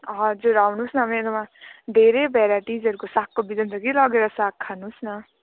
हजुर आउनुहोस् न मेरोमा धेरै भेराइटिजहरूको सागको बिजन छ कि लगेर साग खानुस् न